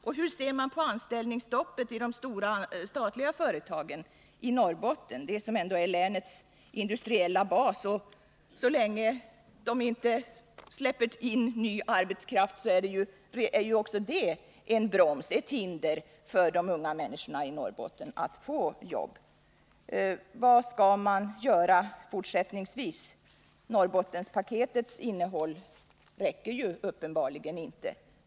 Och hur ser regeringen på anställningsstoppet i de stora statliga företagen i Norrbotten, de företag som ändå är länets industriella bas? Så länge dessa företag inte släpper in ny arbetskraft utgör ju även de ett hinder för de unga i Norrbotten att få arbete. Vad skall man göra i fortsättningen? Norrbottenpaketets innehåll räcker uppenbarligen inte.